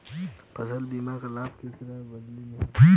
फसल बीमा क लाभ केकरे बदे ह?